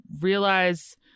realize